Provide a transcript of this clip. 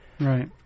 Right